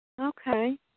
Okay